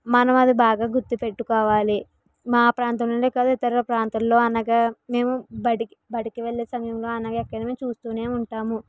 మనం అది బాగా గుర్తుపెట్టుకోవాలి మా ప్రాంతంలోనే కాదు ఇతర ప్రాంతంలో అనగా మేము బడికి బడి వెళ్లే సమయంలో అనగా చూస్తూనే ఉంటాము